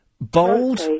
bold